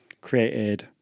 created